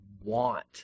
want